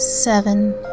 Seven